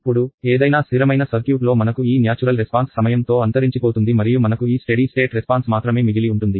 ఇప్పుడు ఏదైనా స్ధిరమైన సర్క్యూట్ లో మనకు ఈ న్యాచురల్ రెస్పాన్స్ సమయం తో అంతరించిపోతుంది మరియు మనకు ఈ స్టెడీ స్టేట్ రెస్పాన్స్ మాత్రమే మిగిలి ఉంటుంది